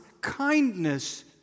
kindness